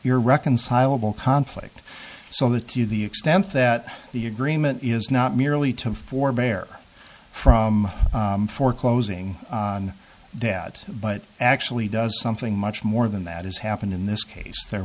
your reconcilable conflict so the to the extent that the agreement is not merely to forbear from foreclosing on debt but actually does something much more than that has happened in this case there